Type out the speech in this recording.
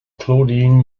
claudine